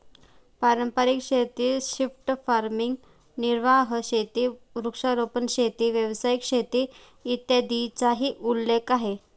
पारंपारिक शेती, shift farming, निर्वाह शेती, वृक्षारोपण शेती, व्यावसायिक शेती, इत्यादींचाही उल्लेख आहे